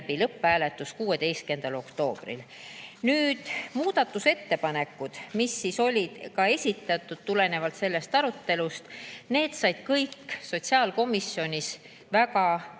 lõpphääletus 16. oktoobril. Nüüd muudatusettepanekud, mis olid esitatud tulenevalt sellest arutelust. Need said kõik sotsiaalkomisjonis väga